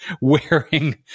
wearing